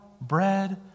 bread